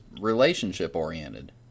relationship-oriented